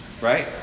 right